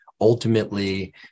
ultimately